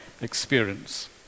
experience